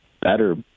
better